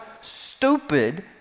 stupid